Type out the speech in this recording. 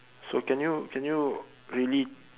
so can you can you really